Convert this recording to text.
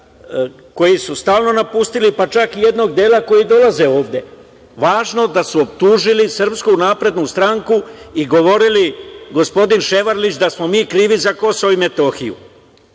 koji su stalno napustili, pa čak i jednog dela koji dolaze ovde, važno je da su optužili Srpsku naprednu stranku i govorili, gospodin Ševarlić, da smo mi krivi za KiM.